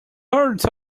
hurried